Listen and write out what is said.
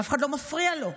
אף אחד לא מפריע לו.